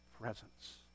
presence